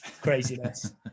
craziness